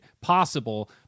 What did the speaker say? possible